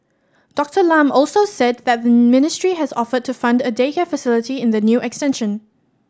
Doctor Lam also said that the ministry has offered to fund a daycare facility in the new extension